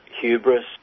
hubris